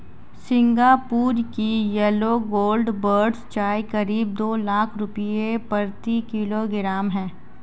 Singapore की yellow gold buds चाय करीब दो लाख रुपए प्रति किलोग्राम है